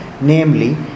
namely